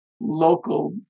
local